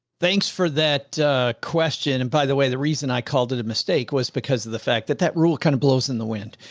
thanks for that, that a question. and by the way, the reason i called it a mistake was because of the fact that that rule kind of blows in the wind.